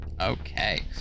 okay